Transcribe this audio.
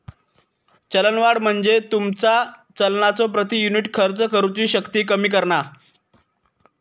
चलनवाढ म्हणजे तुमचा चलनाचो प्रति युनिट खर्च करुची शक्ती कमी करणा